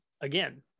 again